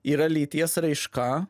yra lyties raiška